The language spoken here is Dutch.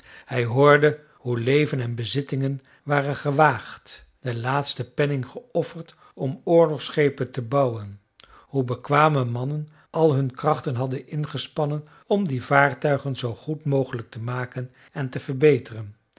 hij hoorde hoe leven en bezittingen waren gewaagd de laatste penning geofferd om oorlogsschepen te bouwen hoe bekwame mannen al hun krachten hadden ingespannen om die vaartuigen zoo goed mogelijk te maken en te verbeteren